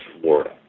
Florida